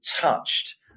touched